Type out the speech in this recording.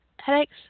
headaches